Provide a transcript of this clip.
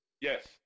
Yes